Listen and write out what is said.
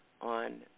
on